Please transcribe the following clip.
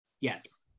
Yes